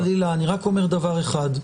חס וחלילה, אני רק אומר דבר אחד.